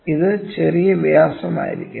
ഇത് ചെറിയ വ്യാസമായിരിക്കും